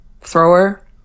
thrower